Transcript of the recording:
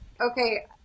okay